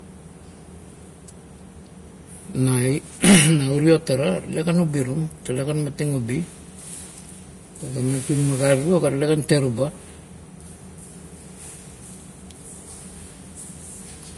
Na irio tara lale kan ubirung tale kan mating ubi tunama gare tiro ga tale kan teruba.